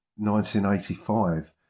1985